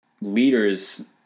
leaders